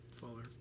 Fuller